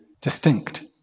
distinct